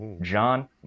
John